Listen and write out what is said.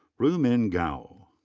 ruimin gao.